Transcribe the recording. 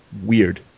weird